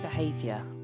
behavior